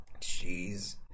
Jeez